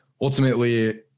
ultimately